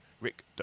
Rick